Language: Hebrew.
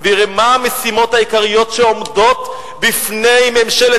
ויראה מה המשימות העיקריות שעומדות בפני ממשלת